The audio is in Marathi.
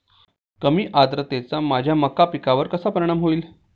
कमी आर्द्रतेचा माझ्या मका पिकावर कसा परिणाम होईल?